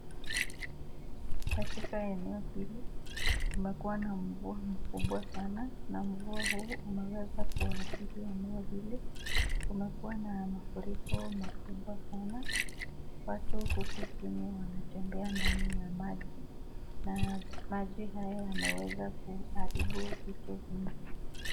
Katika eneo hili kumekuwa na mvua kubwa, n amvua huu umeweza kuathiri eneo hili kumekuwa na mafuriko makubwa sana, watu huku chini wanatembea ndani ya maji na maji haya yameweza kuharibu vitu vingi.